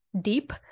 deep